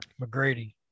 McGrady